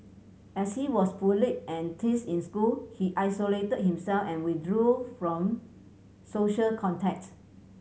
as he was bullied and teased in school he isolated himself and withdrew from social contact